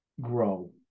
grow